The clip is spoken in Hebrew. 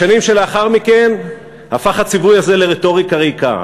בשנים שלאחר מכן הפך הציווי הזה לרטוריקה ריקה.